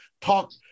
talk